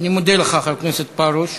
אני מודה לך, חבר הכנסת פרוש.